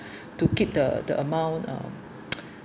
to keep the the amount uh